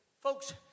folks